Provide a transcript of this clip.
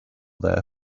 there